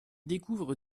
découvre